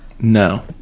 no